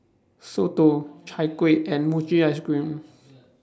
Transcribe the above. Soto Chai Kueh and Mochi Ice Cream